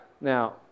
now